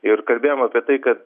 ir kalbėjom apie tai kad